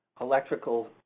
electrical